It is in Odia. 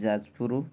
ଯାଜପୁର